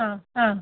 ആ ആ